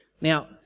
Now